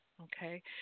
Okay